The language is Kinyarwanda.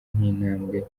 nk’intambwe